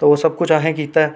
ते ओह् सब किश असें कीता ऐ